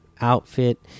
outfit